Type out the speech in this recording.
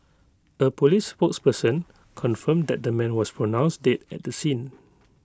A Police spokesperson confirmed that the man was pronounced dead at the scene